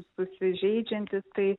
susižeidžiantys tai